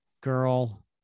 girl